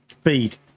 feed